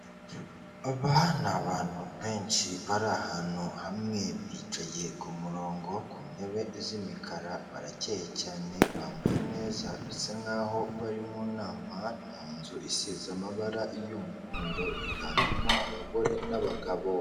Aba ni abantu benshi bari ahantu hamwe bicaye ku murongo ku ntebe z'imikara barakeye cyane, bambaye neza bisa nkaho bari mu nama mu nzu isize amabara y'umuhondo higanjemo abagore n'abagabo.